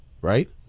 right